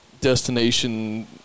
destination